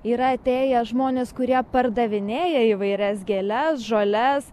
yra atėję žmonės kurie pardavinėja įvairias gėles žoles